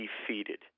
defeated